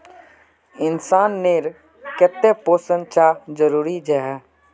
इंसान नेर केते पोषण चाँ जरूरी जाहा?